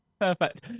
Perfect